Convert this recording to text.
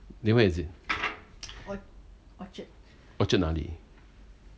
then where is it orchard 哪里